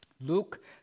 Luke